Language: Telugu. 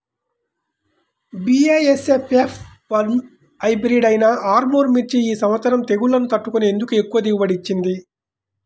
బీ.ఏ.ఎస్.ఎఫ్ ఎఫ్ వన్ హైబ్రిడ్ అయినా ఆర్ముర్ మిర్చి ఈ సంవత్సరం తెగుళ్లును తట్టుకొని ఎందుకు ఎక్కువ దిగుబడి ఇచ్చింది?